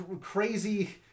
Crazy